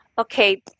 Okay